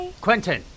Quentin